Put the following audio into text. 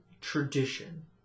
tradition